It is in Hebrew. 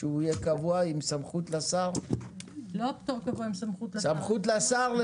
שהוא יהיה קבוע, עם סמכות לשר?